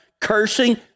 cursing